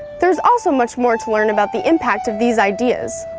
there's also much more to learn about the impact of these ideas.